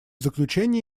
заключение